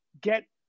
get